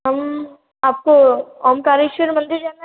हम आपको ओम कालेश्वर मंदिर जाना है न